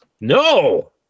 No